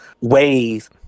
ways